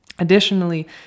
Additionally